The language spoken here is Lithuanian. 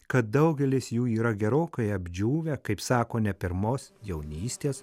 kad daugelis jų yra gerokai apdžiūvę kaip sako ne pirmos jaunystės